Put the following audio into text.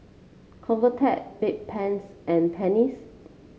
Convatec Bedpans and Pansy